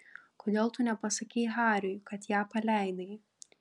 kodėl tu nepasakei hariui kad ją paleidai